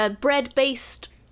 Bread-based